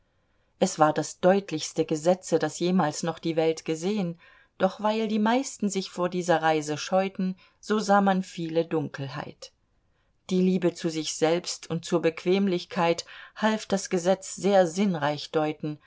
es war das deutlichste gesetze das jemals noch die welt gesehn doch weil die meisten sich vor dieser reise scheuten so sah man viele dunkelheit die liebe zu sich selbst und zur bequemlichkeit half das gesetz sehr sinnreich